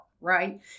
right